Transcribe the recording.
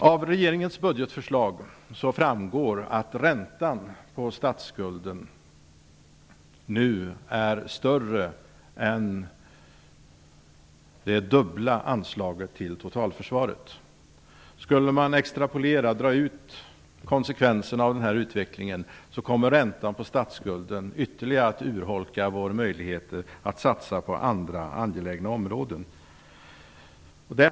Av regeringens budgetförslag framgår att räntan på statsskulden nu är mer än dubbelt så hög som anslaget till totalförsvaret. Om man extrapolerar, drar ut konsekvenserna av denna utveckling, kommer räntan på statsskulden att ytterligare urholka våra möjligheter att satsa på andra angelägna områden.